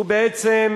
כפי